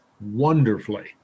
wonderfully